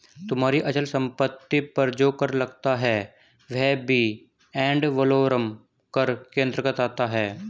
तुम्हारी अचल संपत्ति पर जो कर लगता है वह भी एड वलोरम कर के अंतर्गत आता है